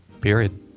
period